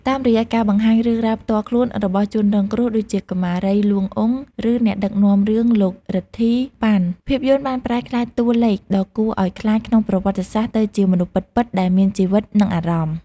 តាមរយៈការបង្ហាញរឿងរ៉ាវផ្ទាល់ខ្លួនរបស់ជនរងគ្រោះ ដូចជាកុមារី លួង អ៊ុង ឬអ្នកដឹកនាំរឿង លោក រិទ្ធី ប៉ាន់ ភាពយន្តបានប្រែក្លាយតួលេខដ៏គួរឲ្យខ្លាចក្នុងប្រវត្តិសាស្ត្រទៅជាមនុស្សពិតៗ ដែលមានជីវិត និងអារម្មណ៍។